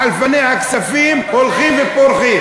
חלפני הכספים הולכים ופורחים.